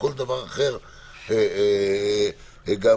אני חושב